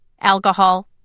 alcohol